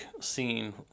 scene